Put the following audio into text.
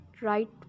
right